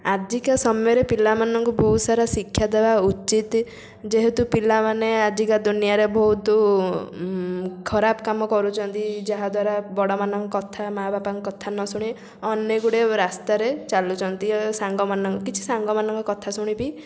ଆଜିକା ସମୟରେ ପିଲାମାନଙ୍କୁ ବହୁତ ସାରା ଶିକ୍ଷା ଦେବା ଉଚିତ ଯେହେତୁ ପିଲାମାନେ ଆଜିକା ଦୁନିଆରେ ବହୁତ ଖରାପ କାମ କରୁଛନ୍ତି ଯାହାଦ୍ୱାରା ବଡ଼ମାନଙ୍କ କଥା ବାପାମାଙ୍କ କଥା ନ ଶୁଣି ଅନ୍ୟ ଗୁଡ଼େ ରାସ୍ତାରେ ଚାଲୁଛନ୍ତି ଆଉ ସାଙ୍ଗମାନେ କିଛି ସାଙ୍ଗମାନଙ୍କର କଥା ଶୁଣିବି